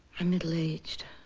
i'm middle-aged